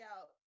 out